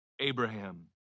Abraham